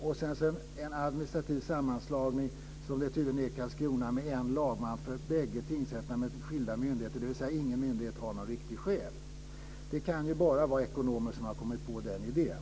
I Karlskrona har man tydligen genomfört en administrativ sammanslagning med en lagman för bägge tingsrätterna, men med skilda myndigheter, dvs. ingen myndighet har någon riktig chef. Det kan bara vara ekonomer som har kommit på den idén.